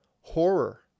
Horror